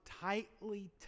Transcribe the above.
tightly